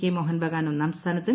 K Mohun Bagan ഒന്നാം സ്ഥാനത്തും